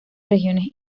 regiones